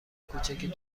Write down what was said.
کوچک